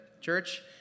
church